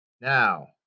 Now